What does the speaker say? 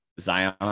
Zion